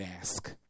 ask